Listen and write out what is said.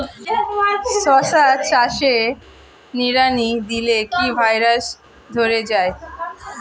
শশা চাষে নিড়ানি দিলে কি ভাইরাস ধরে যায়?